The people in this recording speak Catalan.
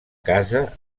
casa